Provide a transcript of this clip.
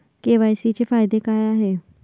KYC चे फायदे काय आहेत?